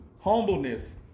humbleness